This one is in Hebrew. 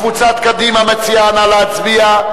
קבוצת קדימה מציעה, נא להצביע.